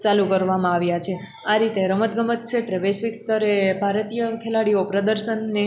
ચાલુ કરવામાં આવ્યા છે આ રીતે રમતગમત ક્ષેત્રે વૈશ્વિક સ્તરે ભારતીય ખેલાડીઓ પ્રદર્શનને